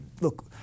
look